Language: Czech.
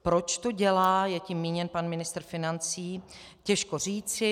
Proč to dělá je tím míněn pan ministr financí těžko říci.